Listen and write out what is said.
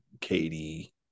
Katie